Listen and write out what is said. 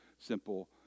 simple